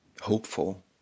hopeful